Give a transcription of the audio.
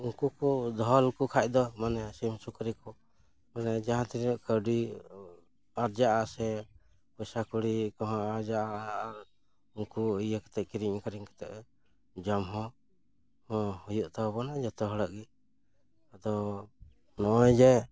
ᱩᱱᱠᱩ ᱠᱚ ᱫᱚᱦᱚ ᱞᱮᱠᱚ ᱠᱷᱟᱱ ᱫᱚ ᱢᱟᱱᱮ ᱥᱤᱢ ᱥᱩᱠᱨᱤ ᱠᱚ ᱚᱱᱮ ᱡᱟᱦᱟᱸ ᱛᱤᱱᱟᱹᱜ ᱠᱟᱹᱣᱰᱤ ᱟᱨᱡᱟᱜᱼᱟ ᱥᱮ ᱯᱚᱭᱥᱟ ᱠᱚᱲᱤ ᱠᱚᱦᱚᱸ ᱟᱨᱡᱟᱜᱼᱟ ᱟᱨ ᱩᱝᱠᱩ ᱤᱭᱟᱹ ᱠᱟᱛᱮᱫ ᱠᱤᱨᱤᱧ ᱟᱹᱠᱷᱨᱤᱧ ᱠᱟᱛᱮᱫ ᱡᱚᱢ ᱦᱚᱸ ᱦᱚᱸ ᱦᱩᱭᱩᱜ ᱛᱟᱵᱚᱱᱟ ᱡᱚᱛᱚ ᱦᱚᱲᱟᱜ ᱜᱮ ᱟᱫᱚ ᱱᱚᱜᱼᱚᱭ ᱡᱮ